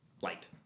light